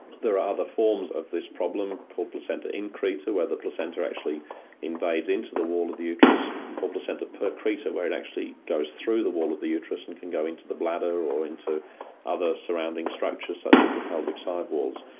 there are other forms of this problem called placenta increta where the placenta actually invades into the wall of the uterus or placenta percreta where it actually goes through the wall of the uterus and can go into the bladder or into other surrounding structures such as the pelvic side walls.